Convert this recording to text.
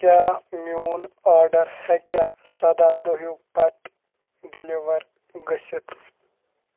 کیٛاہ میون آرڈر ہٮ۪کیٛاہ سَداہ دۄہیو پتہٕ ڈِلِوَر گٔژھِتھ